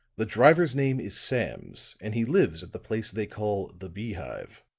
the driver's name is sams, and he lives at the place they call the beehive.